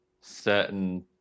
Certain